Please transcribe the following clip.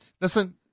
listen